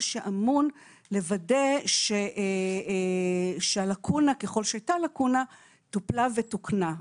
שאמון לוודא שהלקונה ככל שהייתה לקונה טופלה ותוקנה.